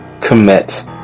commit